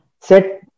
set